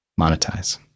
monetize